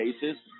cases